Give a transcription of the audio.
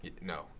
No